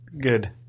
Good